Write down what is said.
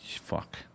Fuck